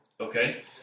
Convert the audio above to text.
Okay